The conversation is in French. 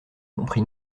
comprit